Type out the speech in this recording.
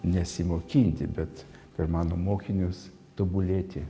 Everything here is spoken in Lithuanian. nesimokinti bet per mano mokinius tobulėti